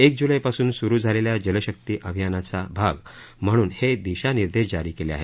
एक ज्लैपासून स्रु झालेल्या जलशक्ती अभियानाचा भाग म्हणून हे दिशानिर्देश जारी केले आहेत